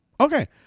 okay